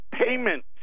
payment